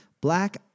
black